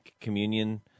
communion